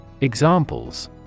Examples